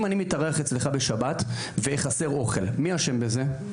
אם אני מתארח אצלך בשבת וחסר אוכל, מי אשם בזה?